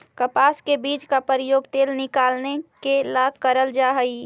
कपास के बीज का प्रयोग तेल निकालने के ला करल जा हई